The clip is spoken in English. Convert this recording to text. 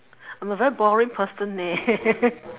I'm a very boring person eh